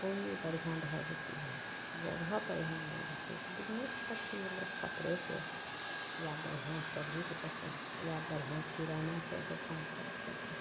पूँजी बढ़िआँ भए जएतै ने जगह बढ़िआँ भए जएतै बिजनेस करतिए लोक कपड़ेके या बढ़िआँ सबजीके दोकान या बढ़िआँ किरानाके दोकान करतिए